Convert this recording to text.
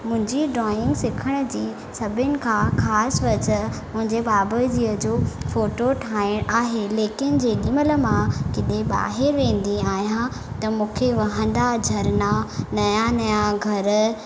मुंहिंजी ड्राईंग सिखण जी सभिनि खां ख़ासि वजह मुंहिंजे बाबा जीअ जो फ़ोटो ठाहिणु आहे लेकिन जेॾीमहिल मां किथे ॿाहिरि वेंदी आहियां त मूंखे वहंदा झरना नया नया घर